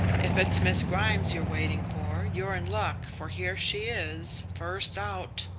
if it's miss grimes you're waiting for, you're in luck, for here she is, first out.